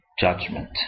judgment